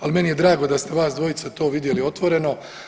Ali meni je drago da ste vas dvojica to vidjeli otvoreno.